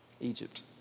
Egypt